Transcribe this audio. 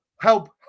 help